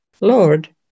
Lord